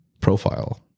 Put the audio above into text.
profile